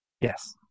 Yes